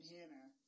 Hannah